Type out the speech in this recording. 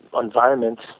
environments